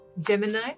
Gemini